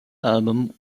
album